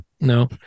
no